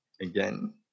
again